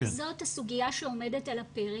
זאת הסוגיה שעומדת על הפרק.